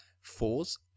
fours